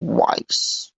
twice